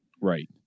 Right